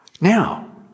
Now